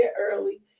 early